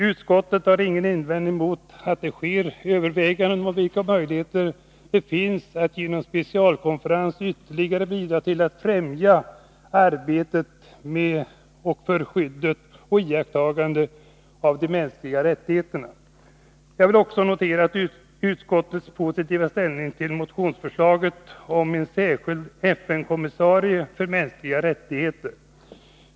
Utskottet har ingen invändning mot att det sker överväganden om vilka möjligheter som finns att genom en specialkonferens ytterligare bidra till arbetet att främja skyddet och iakttagandet av de mänskliga rättigheterna. Jag vill också notera utskottets positiva inställning till motionsförslaget om en särskild FN-kommissarie för mänskliga rättigheter.